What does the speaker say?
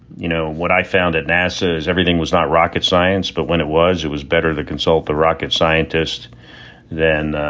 you know, what i found at nasa is everything was not rocket science, but when it was, it was better to consult the rocket scientist than,